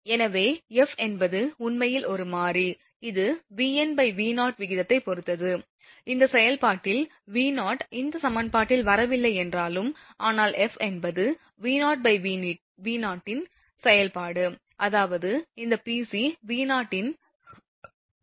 எனவே F என்பது உண்மையில் ஒரு மாறி இது VnV0 விகிதத்தைப் பொறுத்தது இந்த செயல்பாட்டில் V0 இந்த சமன்பாட்டில் வரவில்லை என்றாலும் ஆனால் F என்பது VnV0 இன் செயல்பாடு அதாவது இந்த PC V0 இன் ஒரு செயல்பாடும் ஆகும்